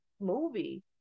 movie